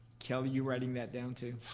kelly, you writing that down, too?